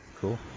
cool